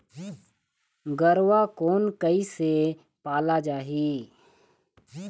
गरवा कोन कइसे पाला जाही?